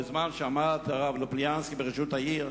בזמן שעמד לופוליאנסקי בראשות העיר,